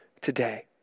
today